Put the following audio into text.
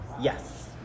Yes